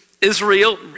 Israel